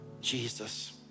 Jesus